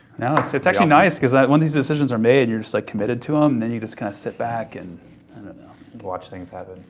it's actually nice, cause when these decisions are made and you're just like committed to them, then you just kind of sit back and watch things happen.